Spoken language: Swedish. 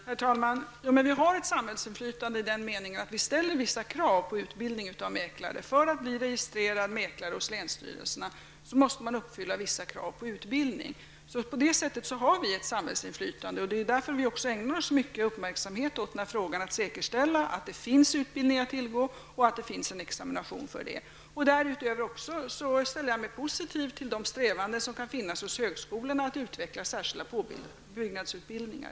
Herr talman! Vi har ett samhällsinflytande i den meningen att vi ställer vissa krav på utbildningen av mäklare. För att bli registrerad mäklare hos länsstyrelsen måste man uppfylla vissa krav på utbildning. På det sättet har vi alltså ett samhällsinflytande, och det är också därför vi ägnar så stor uppmärksamhet åt att säkerställa att det finns utbildning att tillgå och att det finns en examination för utbildningen. Därutöver ställer jag mig positiv till de strävanden som kan finnas hos högskolorna att utveckla särskilda påbyggnadsutbildningar.